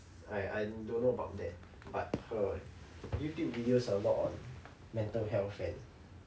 I I don't know about that but her YouTube videos are a lot on mental health [one]